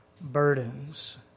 burdens